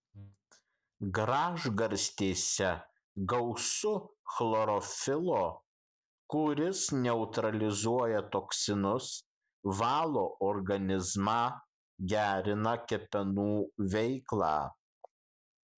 gražgarstėse gausu chlorofilo kuris neutralizuoja toksinus valo organizmą gerina kepenų veiklą